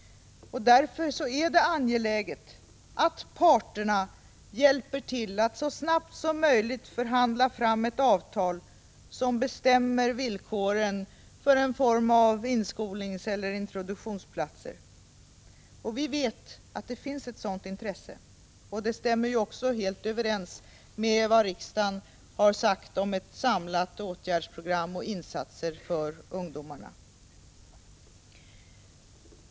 Därför är det angeläget att parterna hjälper till att så snabbt som möjligt förhandla fram ett avtal, där villkoren bestäms för någon form av inskolningseller introduktionsplatser. Vi vet att det finns ett sådant intresse. Det stämmer också helt överens med vad riksdagen sagt om ett samlat åtgärdsprogram och insatser för ungdomarna.